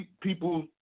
people